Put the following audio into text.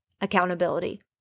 accountability